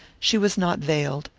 she was not veiled,